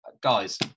guys